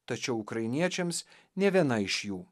tačiau ukrainiečiams nė viena iš jų